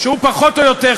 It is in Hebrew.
שהוא פחות או יותר,